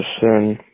sin